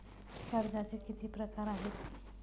कर्जाचे किती प्रकार आहेत?